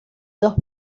dos